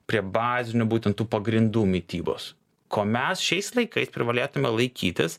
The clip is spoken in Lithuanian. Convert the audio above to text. prie bazinių būtent tų pagrindų mitybos ko mes šiais laikais privalėtume laikytis